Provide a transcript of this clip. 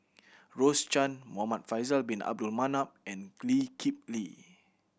Rose Chan Muhamad Faisal Bin Abdul Manap and Lee Kip Lee